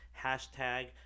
hashtag